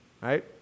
right